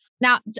Now